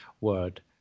word